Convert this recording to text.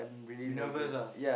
you nervous ah